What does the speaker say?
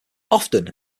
often